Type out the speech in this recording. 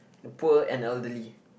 poor and elderly